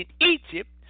Egypt